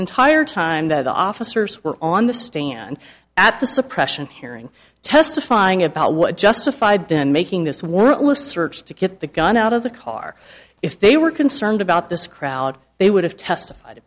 entire time that the officers were on the stand at the suppression hearing testifying about what justified then making this warrantless search to get the gun out of the car if they were concerned about this crowd they would have testified